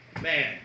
man